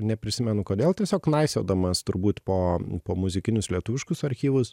neprisimenu kodėl tiesiog knaisiodamas turbūt po po muzikinius lietuviškus archyvus